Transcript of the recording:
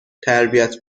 تربیت